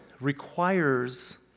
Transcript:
requires